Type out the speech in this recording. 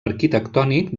arquitectònic